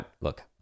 look